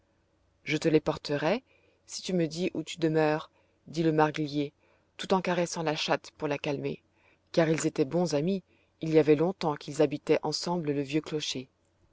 je te les porterai si tu me dis où tu demeures dit le marguillier tout en caressant la chatte pour la calmer car ils étaient bons amis il y avait longtemps qu'ils habitaient ensemble le vieux clocher